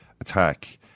attack